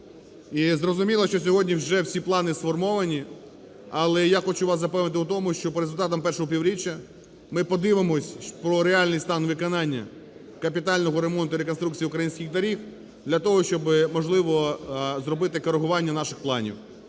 І зрозуміло, що сьогодні вже всі плани сформовані, але я хочу вас запевнити в тому, що по результатам першого півріччя ми подивимося про реальний стан виконання, капітального ремонту і реконструкції українських доріг для того, щоби, можливо, зробити коригування наших планів.